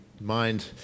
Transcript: mind